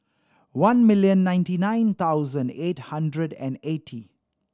one million ninety nine thousand eight hundred and eighty